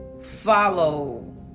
follow